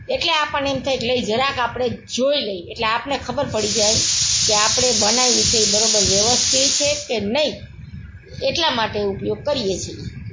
એટલે આપણને એમ થાય કે લાવ જરાક આપણે જોઈ લઇએ એટલે આપણને ખબર પડી જાય કે આપણે બનાવ્યું છે એ બરાબર વ્યવસ્થિત છે કે નહીં એટલા માટે ઉપયોગ કરીએ છીએ